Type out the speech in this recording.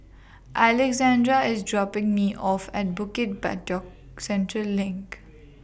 Alexandra IS dropping Me off At Bukit Batok Central LINK